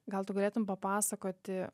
gal tu galėtumei papasakoti